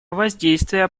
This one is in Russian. воздействия